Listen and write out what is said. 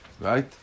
Right